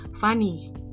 funny